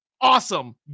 awesome